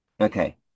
Okay